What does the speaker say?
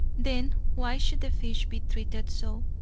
then why should the fish be treated so?